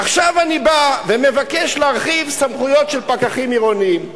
עכשיו אני בא ומבקש להרחיב סמכויות של פקחים עירוניים.